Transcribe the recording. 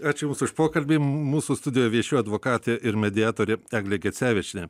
ačiū jums už pokalbį mūsų studijoj viešėjo advokatė ir mediatorė eglė gecevičienė